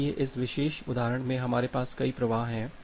इसलिए इस विशेष उदाहरण में हमारे पास कई प्रवाह हैं